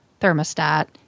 thermostat